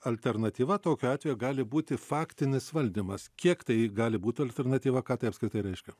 alternatyva tokiu atveju gali būti faktinis valdymas kiek tai gali būt alternatyva ką tai apskritai reiškia